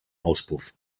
auspuff